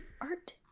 art